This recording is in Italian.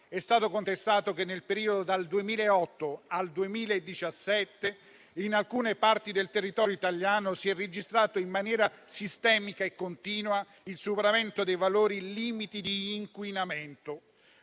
è stato contestato che nel periodo dal 2008 al 2017 in alcune parti del territorio italiano si è registrato in maniera sistemica e continua il superamento dei valori limite di inquinamento.